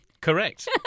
Correct